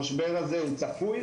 המשבר הזה הוא צפוי,